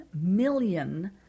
million